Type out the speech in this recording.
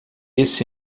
esse